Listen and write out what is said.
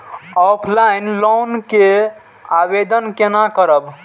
Offline loan के आवेदन केना करब?